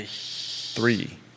three